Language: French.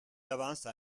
d’avance